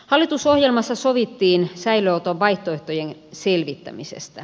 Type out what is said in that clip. hallitusohjelmassa sovittiin säilöönoton vaihtoehtojen selvittämisestä